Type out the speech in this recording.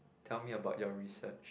tell me about your research